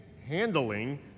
handling